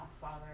Father